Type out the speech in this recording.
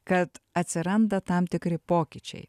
kad atsiranda tam tikri pokyčiai